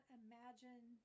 imagine